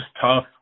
tough